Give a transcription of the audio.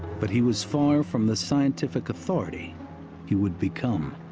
but he was far from the scientific authority he would become.